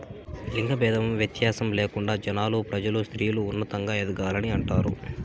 లింగ భేదం వ్యత్యాసం లేకుండా జనాలు ప్రజలు స్త్రీలు ఉన్నతంగా ఎదగాలని అంటారు